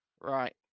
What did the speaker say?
Right